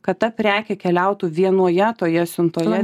kad ta prekė keliautų vienoje toje siuntoje